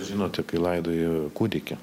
žinote kai laidojau kūdykį